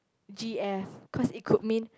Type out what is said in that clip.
G_F cause it could mean